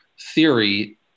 theory